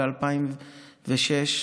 ב-2006,